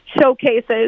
showcases